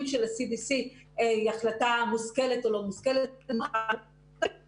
של ה-CDC היא החלטה מושכלת או לא מושכלת --- כעובדה.